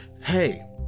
hey